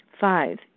Five